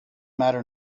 matter